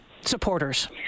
supporters